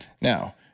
Now